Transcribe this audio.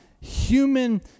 human